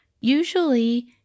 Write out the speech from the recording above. usually